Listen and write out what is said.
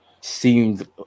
seemed